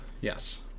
Yes